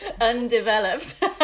Undeveloped